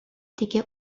دیگه